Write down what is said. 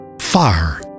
fire